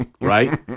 right